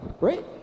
Right